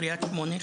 קריית שמונה,